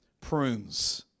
Prunes